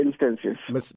instances